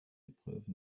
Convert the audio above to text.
épreuve